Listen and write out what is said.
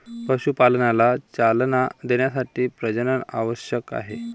पशुपालनाला चालना देण्यासाठी प्रजनन आवश्यक आहे